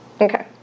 Okay